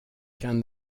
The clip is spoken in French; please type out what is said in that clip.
qu’un